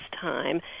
time